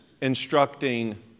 instructing